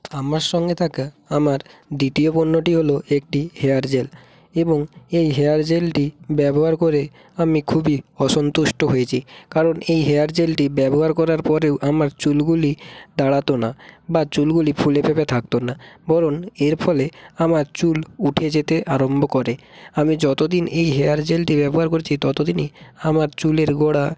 আমার সঙ্গে থাকা আমার দ্বিতীয় পণ্যটি হলো একটি হেয়ার জেল এবং এই হেয়ার জেলটি ব্যবহার করে আমি খুবই অসন্তুষ্ট হয়েছি কারণ এই হেয়ার জেলটি ব্যবহার করার পরেও আমার চুলগুলি দাঁড়াতো না বা চুলগুলি ফুলে ফেঁপে থাকতো না বরং এর ফলে আমার চুল উঠে যেতে আরম্ভ করে আমি যতোদিন এই হেয়ার জেলটি ব্যবহার করছি ততোদিনই আমার চুলের গোড়া